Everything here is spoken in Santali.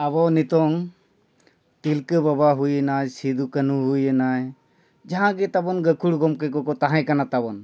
ᱟᱵᱚ ᱱᱤᱛᱚᱝ ᱛᱤᱞᱠᱟᱹ ᱵᱟᱵᱟ ᱦᱩᱭᱱᱟᱭ ᱥᱤᱫᱩ ᱠᱟᱱᱩ ᱦᱩᱭᱮᱱᱟᱭ ᱡᱟᱦᱟᱸ ᱜᱮ ᱛᱟᱵᱚᱱ ᱜᱟᱹᱠᱷᱩᱲ ᱜᱚᱢᱠᱮ ᱠᱚᱠᱚ ᱛᱟᱦᱮᱸ ᱠᱟᱱᱟ ᱛᱟᱵᱚᱱ